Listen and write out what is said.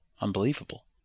Unbelievable